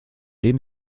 dem